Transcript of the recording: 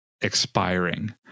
expiring